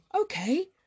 okay